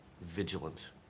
vigilant